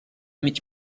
mig